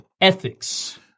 ethics